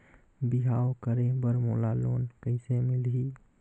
बिहाव करे बर मोला लोन कइसे मिलही?